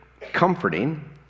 comforting